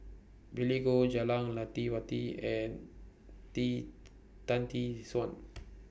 Billy Koh Jah Lelawati and Tee Tan Tee Suan